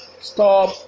Stop